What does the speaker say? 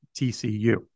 TCU